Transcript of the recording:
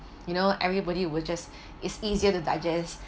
you know everybody will just it's easier to digest